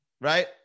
right